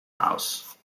house